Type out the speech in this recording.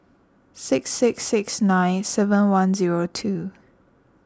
six six six nine seven one zero two